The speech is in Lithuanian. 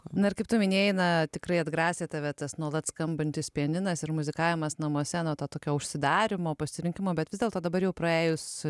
na ir kaip tu minėjai na tikrai atgrasė tave tas nuolat skambantis pianinas ir muzikavimas namuose na to tokio užsidarymo pasirinkimo bet vis dėlto dabar jau praėjus